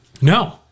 No